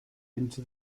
into